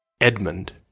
Edmund